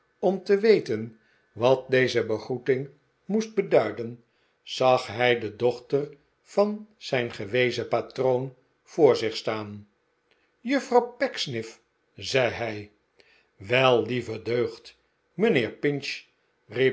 om te weten wat deze begroeting moest beduiden zag hij de dochter van zijn gewezen patroon voor zich staan juffrouw pecksniff zei hij wel lieve deugd mijnheer pinch